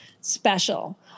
special